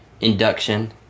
induction